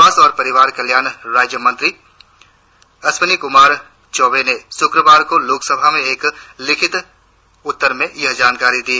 स्वास्थ्य और परिवार कल्याण राज्य मंत्री अश्विनी कुमार चौबे ने शुक्रवार को लोकसभा में एक लिखित उत्तर में यह जानकारी दी